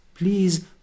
Please